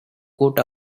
coat